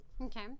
Okay